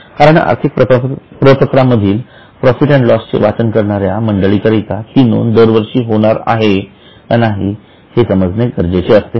कारण आर्थिक पत्रांमधील प्रॉफिट अँड लॉस चे वाचन करणाऱ्या मंडळीं करिता ती नोंद दरवर्षी होणार आहे का नाही हे समजणे गरजेचे असते